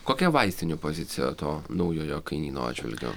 kokia vaistinių pozicija to naujojo kainyno atžvilgiu